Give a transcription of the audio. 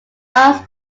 arts